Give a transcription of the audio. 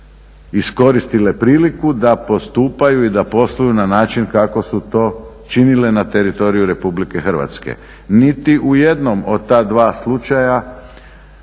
iskoristile priliku da postupaju i da posluju na način kako su to činile na teritoriju Republike Hrvatske. Niti u jednom od ta dva slučaja